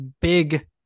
big